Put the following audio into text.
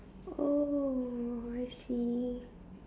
oh I see